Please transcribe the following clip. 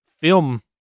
film